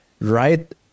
right